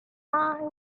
eye